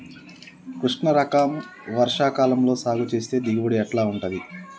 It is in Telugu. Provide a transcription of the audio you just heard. కృష్ణ రకం వర్ష కాలం లో సాగు చేస్తే దిగుబడి ఎట్లా ఉంటది?